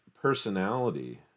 personality